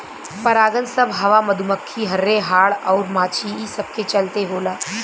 परागन सभ हवा, मधुमखी, हर्रे, हाड़ अउर माछी ई सब के चलते होला